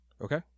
Okay